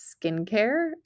skincare